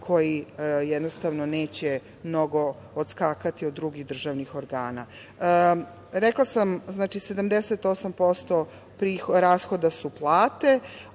koji jednostavno neće mnogo odskakati od drugih državnih organa. Rekla sam, znači, 78% rashoda su plate,